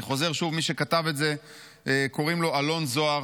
אני חזור שוב: מי שכתב את זה קוראים לו אלון זוהר.